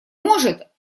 может